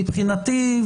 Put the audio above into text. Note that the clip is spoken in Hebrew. מבחינתי,